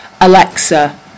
Alexa